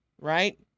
right